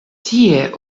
tie